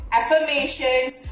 affirmations